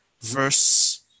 verse